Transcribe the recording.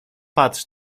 patrz